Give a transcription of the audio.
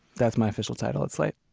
that's my official title. it's like